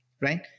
right